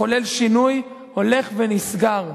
לחולל שינוי הולך ונסגר.